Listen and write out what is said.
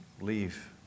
leave